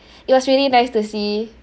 it was really nice to see